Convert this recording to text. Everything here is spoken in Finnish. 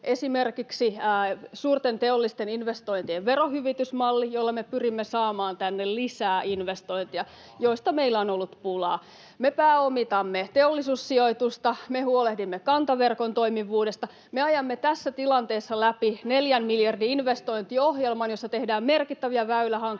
esimerkiksi suurten teollisten investointien verohyvitysmalli — jolla me pyrimme saamaan tänne lisää investointeja, joista meillä on ollut pulaa —, me pääomitamme Teollisuussijoitusta, me huolehdimme kantaverkon toimivuudesta, me ajamme tässä tilanteessa läpi neljän miljardin investointiohjelman, jossa tehdään merkittäviä väylähankkeita